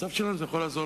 מאסה לא הולכת